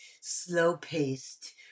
slow-paced